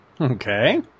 Okay